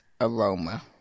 aroma